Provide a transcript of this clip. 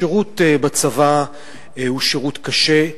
השירות בצבא הוא שירות קשה.